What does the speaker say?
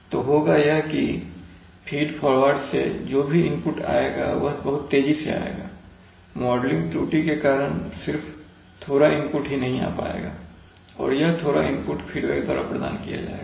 तो होगा यह कि फीड फॉरवर्ड से जो भी इनपुट आएगा वह बहुत तेजी से आएगा मॉडल त्रुटि के कारण सिर्फ थोड़ा इनपुट ही नहीं आ पाएगा और यह थोड़ा इनपुट फीडबैक द्वारा प्रदान किया जाएगा